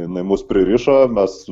jinai mus pririšo mes